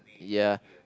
ya